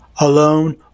Alone